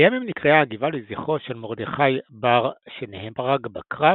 לימים נקראה הגבעה לזכרו של מרדכי בר שנהרג בקרב